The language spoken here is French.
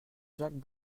jacques